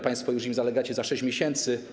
Państwo już im zalegacie za 6 miesięcy.